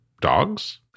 dogs